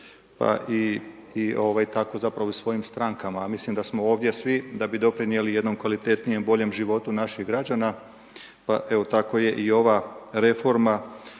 pa i tako zapravo svojim strankama a mislim d smo ovdje svi da bi doprinijeli jednom kvalitetnijem, boljem životu naših građana pa evo tako je i ova reforma